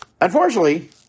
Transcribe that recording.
unfortunately